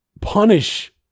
Punish